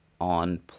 on